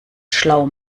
schlau